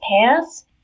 pass